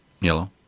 Yellow